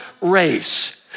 race